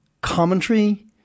commentary